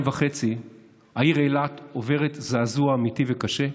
וחצי העיר אילת עוברת זעזוע אמיתי וקשה,